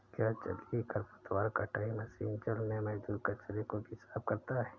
क्या जलीय खरपतवार कटाई मशीन जल में मौजूद कचरे को भी साफ करता है?